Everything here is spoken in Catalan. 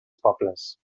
pobles